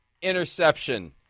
Interception